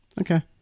Okay